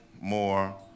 more